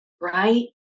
right